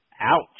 Ouch